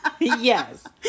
Yes